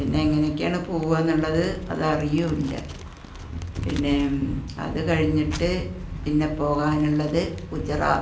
പിന്നെ എങ്ങനെയൊക്കെയാണ് പോവുക എന്നുള്ളത് അതറിയുകയും ഇല്ല പിന്നെ അത് കഴിഞ്ഞിട്ട് പിന്നെ പോകാനുള്ളത് ഗുജറാത്ത്